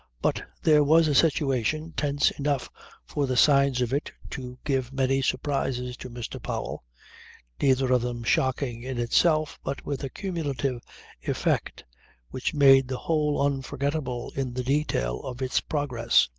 but there was a situation, tense enough for the signs of it to give many surprises to mr. powell neither of them shocking in itself, but with a cumulative effect which made the whole unforgettable in the detail of its progress.